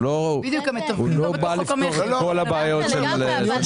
הוא לא בא לפתור את כל הבעיות של --- בדיוק.